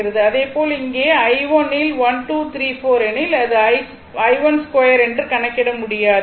அதேபோல் இங்கே i1 இல் 1 2 3 4 எனில் இது i12 என்று கணக்கிட முடியும்